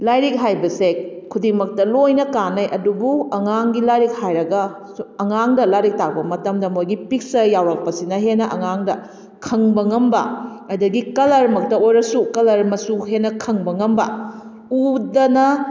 ꯂꯥꯏꯔꯤꯛ ꯍꯥꯏꯕꯁꯦ ꯈꯨꯗꯤꯡꯃꯛꯇ ꯂꯣꯏꯅ ꯀꯥꯟꯅꯩ ꯑꯗꯨꯕꯨ ꯑꯉꯥꯡꯒꯤ ꯂꯥꯏꯔꯤꯛ ꯍꯥꯏꯔꯒ ꯑꯉꯥꯡꯗ ꯂꯥꯏꯔꯤꯛ ꯇꯥꯛꯄ ꯃꯇꯝꯗ ꯃꯣꯏꯒꯤ ꯄꯤꯛꯆꯔ ꯌꯥꯎꯔꯛꯄꯁꯤꯅ ꯍꯦꯟꯅ ꯑꯉꯥꯡꯗ ꯈꯪꯕ ꯉꯝꯕ ꯑꯗꯒꯤ ꯀꯂꯔꯃꯛꯇ ꯑꯣꯏꯔꯁꯨ ꯀꯂꯔ ꯃꯆꯨ ꯍꯦꯟꯅ ꯈꯪꯕ ꯉꯝꯕ ꯎꯗꯅ